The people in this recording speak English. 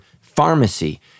pharmacy